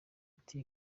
ati